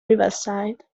riverside